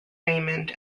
raymond